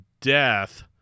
death